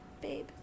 Babe